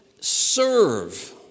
serve